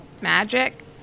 magic